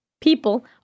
people